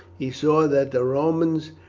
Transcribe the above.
he saw that the romans,